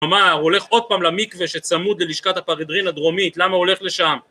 מה, הוא הולך עוד פעם למקווה שצמוד ללשכת הפרידרין הדרומית, למה הוא הולך לשם?